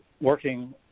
working